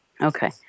Okay